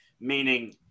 meaning